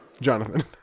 Jonathan